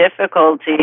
difficulty